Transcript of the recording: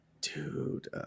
dude